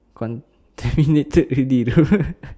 contaminated already though